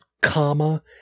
comma